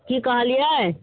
की कहलियै